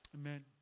Amen